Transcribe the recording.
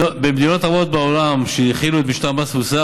במדינות רבות בעולם שהחילו את משטר מס התפוסה,